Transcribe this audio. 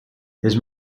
his